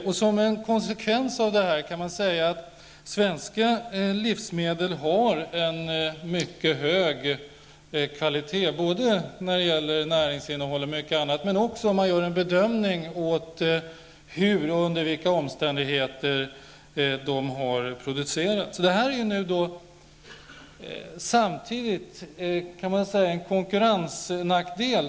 Man kan säga att svenska livsmedel som en konsekvens av detta har en mycket hög kvalitet när det gäller näringsinnehåll och mycket annat, men det gäller också beträffande de omständigheter under vilka de produceras. Detta kan samtidigt sägas vara en konkurrensnackdel.